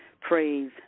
praise